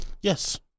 Yes